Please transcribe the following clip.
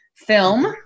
film